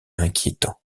inquiétant